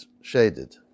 shaded